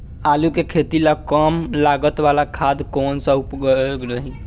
आलू के खेती ला कम लागत वाला खाद कौन सा उपयोग करी?